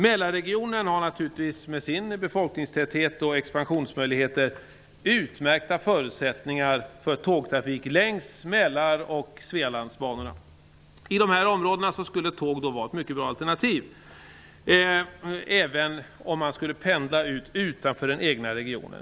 Mälarregionen har naturligtvis med sin befolkningstäthet och expansionsmöjligheter utmärkta förutsättningar för tågtrafik längs Mälar och Svealandsbanorna. I dessa områden skulle tåg vara ett mycket bra alternativ, även om man skulle pendla utanför den egna regionen.